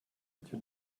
you